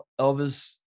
Elvis